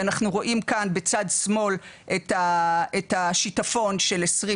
ואנחנו רואים כאן מצד שמאל את השיטפון של 2020,